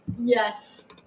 Yes